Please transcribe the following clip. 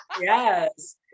Yes